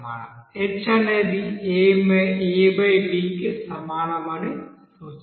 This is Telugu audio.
h అనేది ab కి సమానమని సూచిస్తుంది